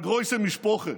א-גרוייסע משפוחה,